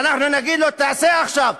ואנחנו נגיד לו: תעשה עכשיו,